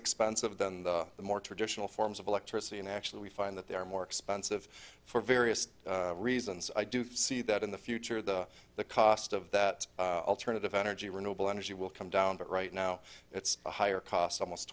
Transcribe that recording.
expensive than the the more traditional forms of electricity and actually we find that they're more expensive for various reasons i do see that in the future the the cost of that alternative energy renewable energy will come down but right now it's a higher cost almost